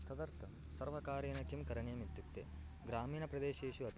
तदर्थं सर्वकारेण किं करणीयम् इत्युक्ते ग्रामीणप्रदेशेषु अपि